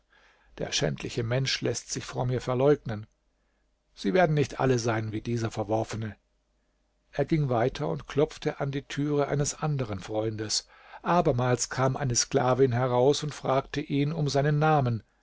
der schändliche mensch läßt sich vor mir verleugnen sie werden nicht alle sein wie dieser verworfene er ging weiter und klopfte an die türe eines anderen freundes abermals kam eine sklavin heraus und fragte ihn um seinen namen